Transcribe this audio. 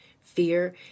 fear